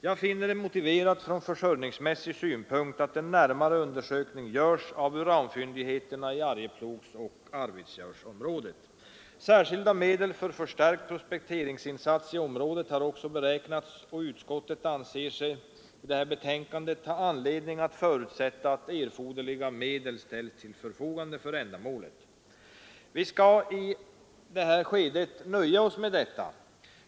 Jag finner det motiverat från försörjningsmässig synpunkt att en närmare undersökning görs av uranfyndigheterna i Arjeplogsoch Arvidsjaurområdet.” Särskilda medel för förstärkt prospekteringsinsats i området har också beräknats, och utskottet anser sig nu ha anledning att förutsätta att erforderliga medel ställs till förfogande för ändamålet. Vi skall i detta skede nöja oss med detta.